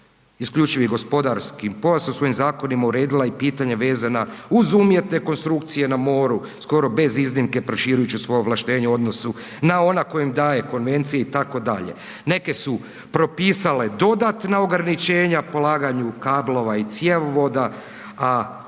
isključivi gospodarski pojas u svojim zakonima uredila i pitanja vezana uz umjetne konstrukcije na moru skoro bez iznimke proširujući svoja ovlaštenja u odnosu na ona koja im daje Konvencija itd. Neke su propisale dodatna ograničenja polaganju kablova i cjevovoda, a